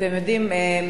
אתם יודעים,